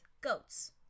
Goats